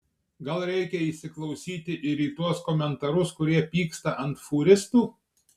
gal reikia įsiklausyti ir į tuos komentarus kurie pyksta ant fūristų